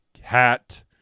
hat